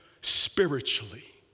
spiritually